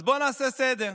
אז בואו נעשה סדר.